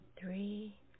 three